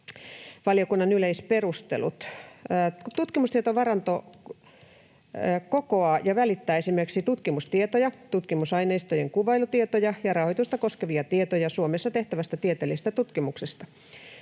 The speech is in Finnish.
Valiokunnan yleisperustelut: Tutkimustietovaranto kokoaa ja välittää esimerkiksi tutkimustietoja, tutkimusaineistojen kuvailutietoja ja rahoitusta koskevia tietoja Suomessa tehtävästä tieteellisestä tutkimuksesta.